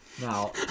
Now